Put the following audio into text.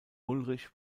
ulrich